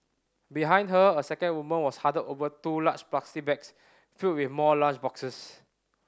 behind her a second woman was huddled over two large plastic bags filled with more lunch boxes